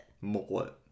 Mullet